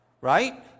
right